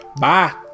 Bye